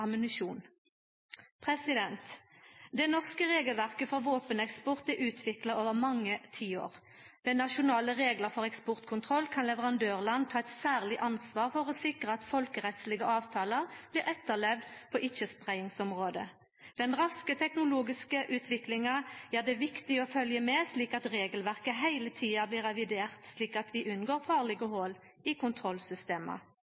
Det norske regelverket for våpeneksport er utvikla over mange tiår. Med nasjonale reglar for eksportkontroll kan leverandørland ta eit særleg ansvar for å sikra at folkerettslege avtalar blir etterlevde på ikkje-spreiingsområdet. Den raske teknologiske utviklinga gjer det viktig å følgja med, slik at regelverket heile tida blir revidert slik at vi unngår farlege